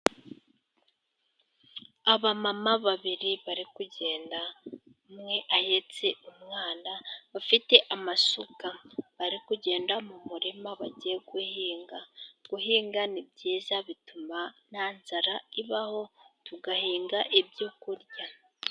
Abamama babiri bari kugenda umwe ahetse umwana, bafite amasuka bari kugenda mu murima bagiye guhinga. Guhinga ni byiza, bituma nta nzara ibaho, tugahinga ibyoku kurya.